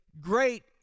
great